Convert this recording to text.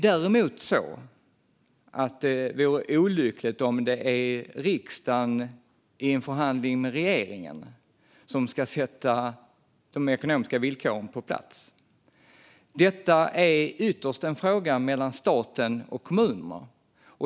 Däremot vore det olyckligt om det är riksdagen i en förhandling med regeringen som ska sätta de ekonomiska villkoren på plats. Detta är ytterst en fråga mellan staten och kommunerna.